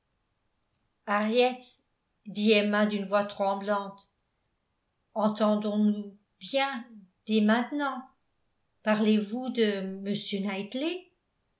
henriette dit emma d'une voix tremblante entendons-nous bien dès maintenant parlez-vous de